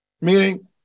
Meaning